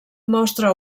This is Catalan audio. mostra